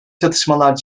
çatışmalar